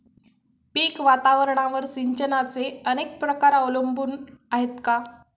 पीक वातावरणावर सिंचनाचे अनेक प्रकार अवलंबून आहेत का?